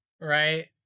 right